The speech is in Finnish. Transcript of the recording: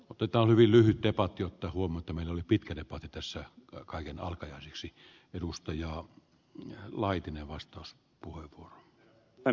otto talvi lyhyttä patiota huomattavin oli pitkä lepo tytössä kaiken alkajaisiksi edustaja mihail laitinen vastaus herra puhemies